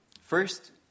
First